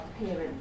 appearance